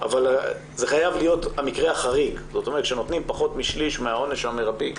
אבל זה חייב להיות המקרה החריג כשנותנים פחות משליש מהעונש המרבי,